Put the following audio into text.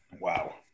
Wow